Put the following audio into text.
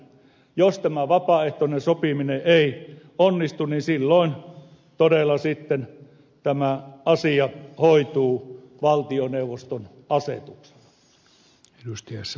jos vapaaehtoinen sopiminen ei onnistu niin silloin todella sitten tämä asia hoituu valtioneuvoston asetuksella